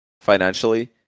financially